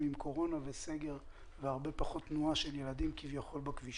בקורונה וסגר כך שכביכול יש הרבה פחות תנועה של ילדים בכבישים,